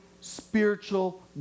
spiritual